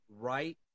right